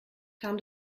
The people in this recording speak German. kam